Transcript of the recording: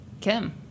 Kim